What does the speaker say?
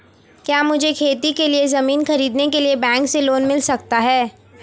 क्या मुझे खेती के लिए ज़मीन खरीदने के लिए बैंक से लोन मिल सकता है?